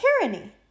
tyranny